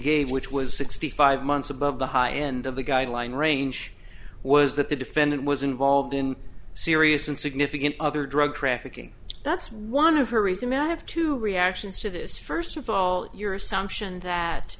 gave which was sixty five months above the high end of the guideline range was that the defendant was involved in serious and significant other drug trafficking that's one of her reason i have two reactions to this first of all your assumption that